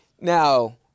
Now